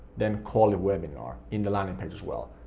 then call it webinar in the landing page as well.